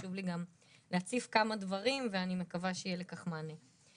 וחשוב לי גם להציף כמה דברים ואני מקווה שיהיה לכך מענה.